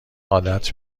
عادت